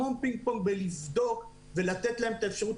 המון פינג-פונג בלבדוק ולתת להם את האפשרות